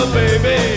baby